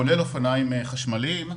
כולל אופניים חשמליים.